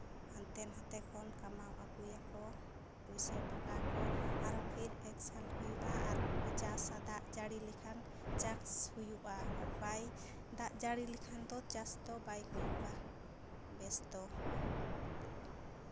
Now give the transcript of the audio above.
ᱦᱟᱱᱛᱮ ᱱᱷᱟᱛᱮ ᱠᱷᱚᱱ ᱠᱟᱢᱟᱣ ᱟᱹᱜᱩᱭᱟᱠᱚ ᱯᱩᱭᱥᱟᱹ ᱴᱠᱟ ᱠᱚ ᱟᱨᱚ ᱯᱷᱮᱨ ᱮᱹᱠ ᱥᱟᱞ ᱦᱩᱭᱩᱜᱼᱟ ᱟᱨ ᱦᱚᱸ ᱠᱚ ᱪᱟᱥᱟ ᱫᱟᱜ ᱡᱟᱹᱲᱤ ᱞᱮᱠᱷᱟᱱ ᱪᱟᱥ ᱦᱩᱭᱩᱜᱼᱟ ᱵᱟᱭ ᱫᱟᱜ ᱡᱟᱹᱲᱤ ᱞᱮᱠᱷᱟᱱ ᱛᱚ ᱪᱟᱥ ᱫᱚ ᱵᱟᱭ ᱦᱩᱭᱩᱜᱼᱟ ᱵᱮᱹᱥ ᱫᱚ